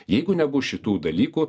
jeigu nebus šitų dalykų